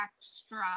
extra